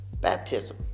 baptism